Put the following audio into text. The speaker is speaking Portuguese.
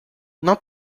não